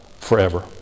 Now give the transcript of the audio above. forever